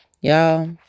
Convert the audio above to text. Y'all